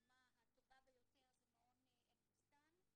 שהדוגמה הטובה ביותר זה מעון 'אלבוסתן',